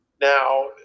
Now